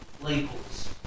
labels